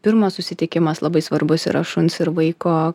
pirmas susitikimas labai svarbus yra šuns ir vaiko